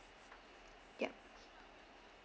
yup